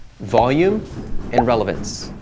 volume and relevance.